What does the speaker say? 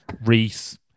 Reese